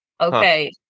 Okay